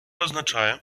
означає